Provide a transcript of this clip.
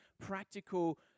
practical